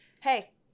Hey